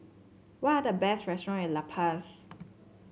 what are the best restaurants in La Paz